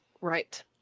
right